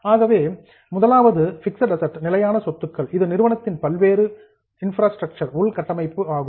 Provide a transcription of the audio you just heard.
ஆகவே முதலாவது fixed assets நிலையான சொத்துக்கள் இது நிறுவனத்தின் பல்வேறு இன்ப்ராஸ்ட்ரக்சர் உள்கட்டமைப்பு ஆகும்